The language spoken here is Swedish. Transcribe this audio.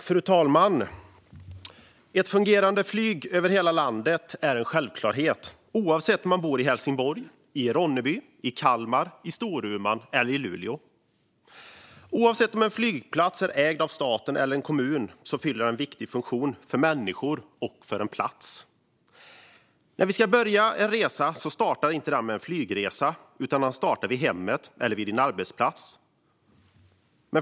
Fru talman! Ett fungerande flyg över hela landet är en självklarhet oavsett om man bor i Helsingborg, Ronneby, Kalmar, Storuman eller Luleå. Oavsett om en flygplats är ägd av staten eller av en kommun fyller den en viktig funktion för människor och för en plats. När vi ska börja en resa startar vi inte med en flygresa, utan vi startar vid hemmet eller vid vår arbetsplats.